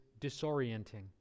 disorienting